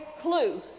clue